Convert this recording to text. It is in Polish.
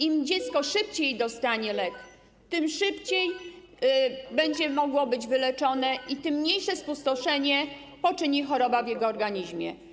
Im dziecko szybciej dostanie lek, tym szybciej będzie mogło zostać wyleczone i tym mniejsze spustoszenie poczyni choroba w jego organizmie.